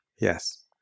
Yes